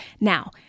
Now